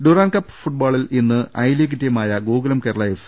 Durant Cup ഫുട്ബോളിൽ ഇന്ന് I League ടീമായ ഗോകുലം കേരള എഫ്